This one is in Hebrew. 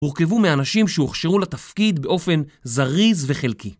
הורכבו מאנשים שהוכשרו לתפקיד באופן זריז וחלקי.